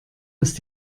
ist